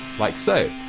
like so.